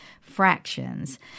fractions